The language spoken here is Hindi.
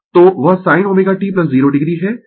तो वह sin ω t 0 o है